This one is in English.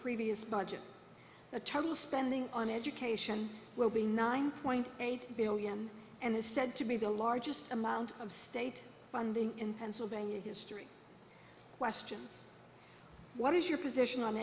previous budget the total spending on education will be nine point eight billion and is said to be the largest amount of state funding in pennsylvania history question what is your position on